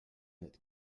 that